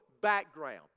background